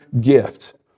gift